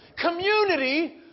community